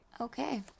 Okay